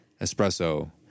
espresso